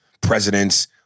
presidents